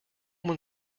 when